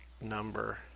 Number